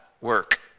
work